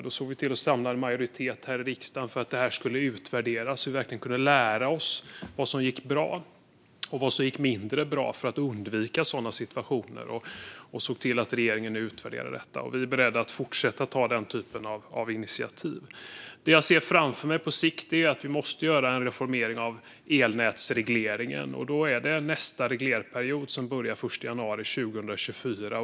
Då såg vi till att samla en majoritet här i riksdagen för att detta skulle utvärderas, så att vi verkligen kunde lära oss vad som gick bra och vad som gick mindre bra för att undvika sådana situationer. Och vi såg till att regeringen utvärderade detta. Vi är beredda att fortsätta att ta den typen av initiativ. Det som jag ser framför mig på sikt är att vi måste göra en reformering av elnätsregleringen. Då är det nästa reglerperiod som börjar den 1 januari 2024.